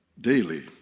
daily